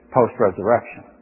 post-resurrection